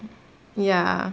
ya